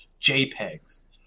JPEGs